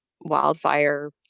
wildfire